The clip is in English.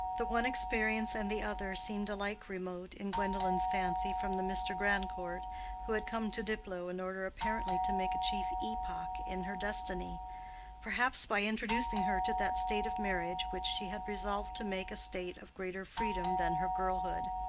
the one experience and the other seemed alike remote in gwendolen's fancy from the mr. grandcourt who had come to diplow in order apparently to make a chief epoch in her destiny perhaps by introducing her to that state of marriage which she had resolved to make a state of greater freedom than her girlhood.